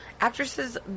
actresses